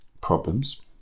problems